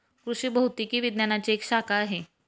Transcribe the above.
कृषि भौतिकी विज्ञानची एक शाखा आहे